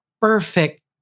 perfect